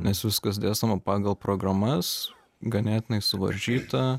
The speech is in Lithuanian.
nes viskas dėstoma pagal programas ganėtinai suvaržyta